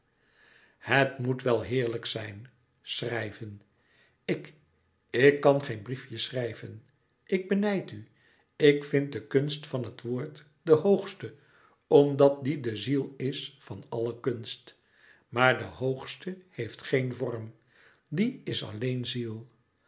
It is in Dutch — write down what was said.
het moet wel heerlijk zijn schrijven ik ik kan geen briefje schrijven ik benijd u louis couperus metamorfoze ik vind de kunst van het woord de hoogste omdat die de ziel is van alle kunst maar de hoogste heeft geen vorm die is alleen ziel